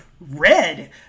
red